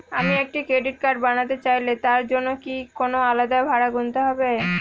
আমি একটি credit card বানাতে চাইলে তার জন্য কি কোনো আলাদা ভাড়া গুনতে হবে?